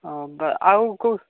ହଁ ବା ଆଉ କୋଉ